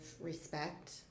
respect